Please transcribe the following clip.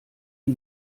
die